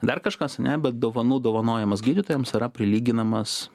dar kažkas ane bet dovanų dovanojimas gydytojams yra prilyginamas